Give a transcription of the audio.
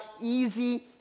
easy